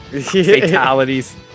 Fatalities